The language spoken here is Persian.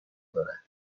دارد